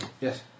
yes